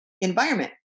environment